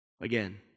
Again